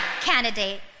candidate